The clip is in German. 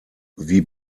sie